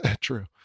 True